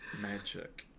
magic